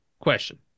question